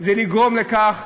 זה לגרום לכך,